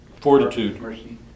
fortitude